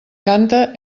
canta